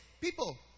people